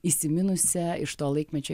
įsiminusią iš to laikmečio